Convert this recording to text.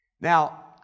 Now